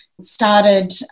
started